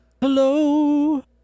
hello